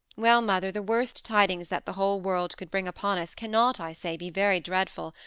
well, mother, the worst tidings that the whole world could bring upon us cannot, i say, be very dreadful,